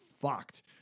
fucked